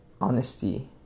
honesty